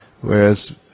Whereas